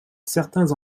certains